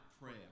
prayer